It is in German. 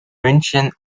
münchen